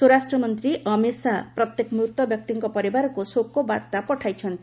ସ୍ୱରାଷ୍ଟ୍ରମନ୍ତ୍ରୀ ଅମିତ ଶାହା ପ୍ରତ୍ୟେକ ମୃତ ବ୍ୟକ୍ତିଙ୍କ ପରିବାରକୁ ଶୋକବାର୍ତ୍ତା ପଠାଇଛନ୍ତି